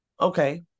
okay